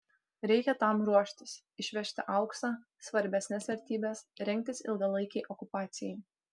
reikia tam ruoštis išvežti auksą svarbesnes vertybes rengtis ilgalaikei okupacijai